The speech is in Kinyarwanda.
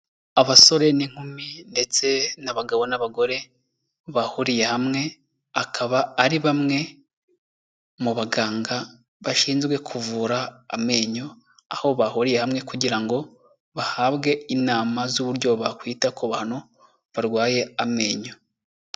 Abasore n'inkumi ndetse n'abagabo n'abagore bahuriye hamwe, akaba ari bamwe mu baganga bashinzwe kuvura amenyo, aho bahuriye hamwe kugira ngo bahabwe inama z'uburyo bakwita ku bantu barwaye amenyo.